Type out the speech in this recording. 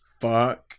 fuck